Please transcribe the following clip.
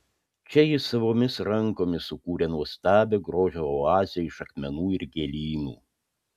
čia ji savomis rankomis sukūrė nuostabią grožio oazę iš akmenų ir gėlynų